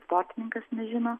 sportininkas nežino